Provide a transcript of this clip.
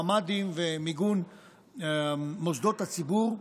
הממ"ד ומיגון מוסדות הציבור,